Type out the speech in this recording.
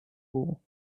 wall